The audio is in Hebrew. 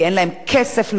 היה מקרה אחד שהוא תקדים,